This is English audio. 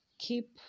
Keep